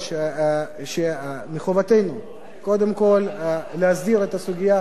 שמחובתנו קודם כול להסדיר את הסוגיה של האולפנה.